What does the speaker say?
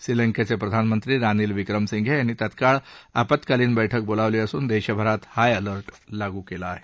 श्रीलंकेचे प्रधानमंत्री रानिल विक्रमसिंघे यांनी तत्काळ आपत्कालीन बछक बोलावली असून देशभरात हाय अलर्ट लागू केला आहे